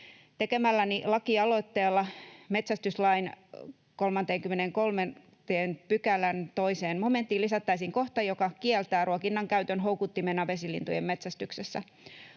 Tekemälläni lakialoitteella metsästyslain 33 §:n 2 momenttiin lisättäisiin kohta, joka kieltää ruokinnan käytön houkuttimena vesilintujen metsästyksessä.